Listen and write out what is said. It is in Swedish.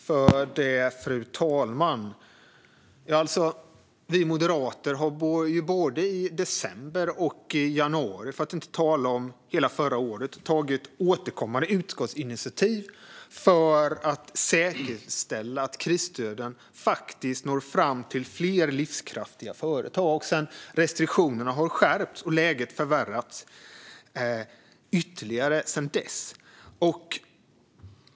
Fru talman! Vi moderater har både i december och i januari, för att inte tala hela om förra året, tagit återkommande utskottsinitiativ för att säkerställa att krisstöden når fram till fler livskraftiga företag. Restriktionerna har skärpts och läget förvärrats ytterligare sedan dess.